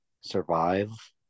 survive